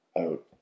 out